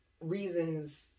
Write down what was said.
reasons